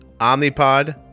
Omnipod